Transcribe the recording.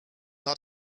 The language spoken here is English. not